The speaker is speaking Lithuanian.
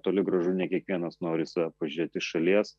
toli gražu ne kiekvienas nori į save pažiūrėt iš šalies